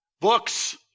Books